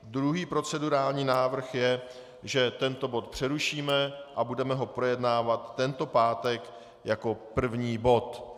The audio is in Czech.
Druhý procedurální návrh je, že tento bod přerušíme a budeme ho projednávat tento pátek jako první bod.